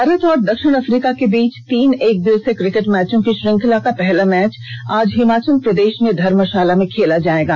भारत और दक्षिण अफ्रीका के बीच तीन एकदिवसीय क्रिकेट मैचों की श्रृंखला का पहला मैच आज हिमाचल प्रदेश में धर्मशाला में खेला जायेगा